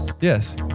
Yes